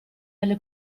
delle